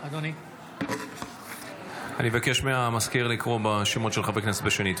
אני מבקש מהמזכיר לקרוא בשמות חברי הכנסת בשנית.